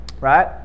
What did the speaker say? right